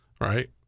right